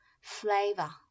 flavor